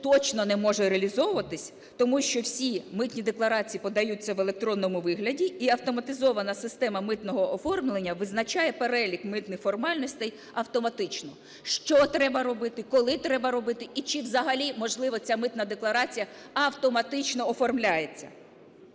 точно не може реалізовуватися, тому що всі митні декларації подаються в електронному вигляді і автоматизована система митного оформлення визначає перелік митних формальностей автоматично: що треба робити, коли треба робити і чи взагалі, можливо, ця митна декларація автоматично оформляється.